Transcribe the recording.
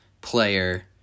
player